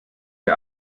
der